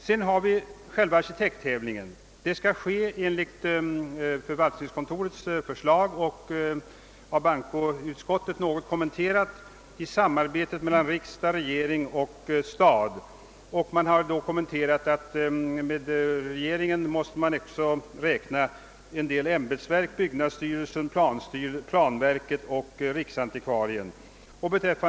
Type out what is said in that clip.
Enligt förvaltningskontorets förslag, något kommenterat av bankoutskottet, skall själva arkitekttävlingen äga rum i samarbete mellan riksdagen, regeringen och Stockholms stad. Med regeringen måste man då sammankoppla en del ämbetsverk, såsom byggnadsstyrelsen, planverket och riksantikvarieämbetet.